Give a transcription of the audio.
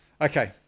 Okay